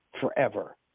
forever